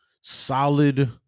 solid